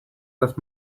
that